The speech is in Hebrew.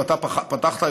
ואתה פתחת,